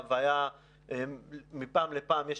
ומפעם לפעם,